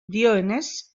dioenez